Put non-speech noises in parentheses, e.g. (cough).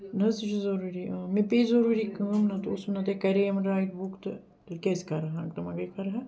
اہن حظ سُہ چھُ ضروٗری اۭں مےٚ پیٚے ضروٗری کٲم نَہ تہٕ اوس نَہ تٔے کَرییِم رایڈ بُک تہٕ تیلہِ کیٛازِ کَرٕہا (unintelligible)